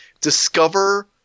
discover